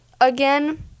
again